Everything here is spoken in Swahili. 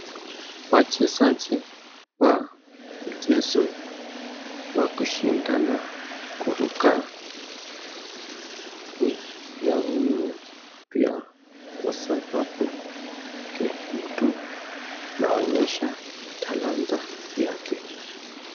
Wachezaji wa mchezo wa kushindana kuruka ni ya muhimu pia kwa sababu kila mtu anaonyesha talanta yake.